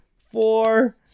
four